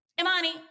Imani